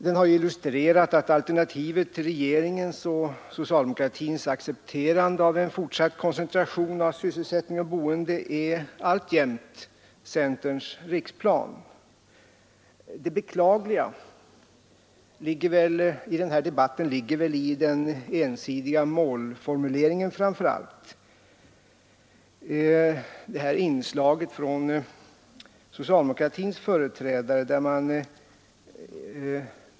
Den har illustrerat att alternativet till regeringens och socialdemokratins accepterande av en fortsatt koncentration av sysselsättning och boende alltjämt är centerns riksplan. Det beklagliga i den här debatten ligger framför allt i den ensidiga målformulering som socialdemokratins företrädare gör sig skyldiga till.